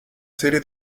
serie